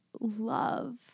love